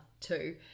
two